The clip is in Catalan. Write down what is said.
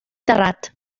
terrat